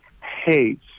hates